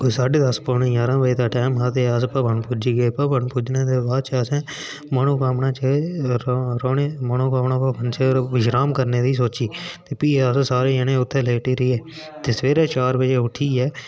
कोई सढे दस्स पौने ग्यारां दा टाईम हा अस भवन पुज्जी गऽ भवन पुज्जने दे बाद असें मनोकामना भवन च विश्राम करने दी सोची ते फ्ही अस सारे जने उत्थै लेटियै ते सवेरे चार बजे उट्ठियै